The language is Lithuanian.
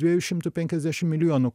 dviejų šimtų penkiasdešim milijonų